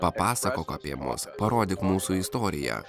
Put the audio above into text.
papasakok apie mus parodyk mūsų istoriją